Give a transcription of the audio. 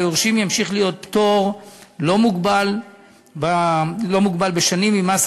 ליורשים ימשיך להיות פטור לא מוגבל בשנים ממס